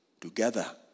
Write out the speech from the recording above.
together